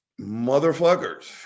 motherfuckers